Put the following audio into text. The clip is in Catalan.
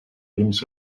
dins